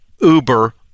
uber